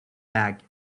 bag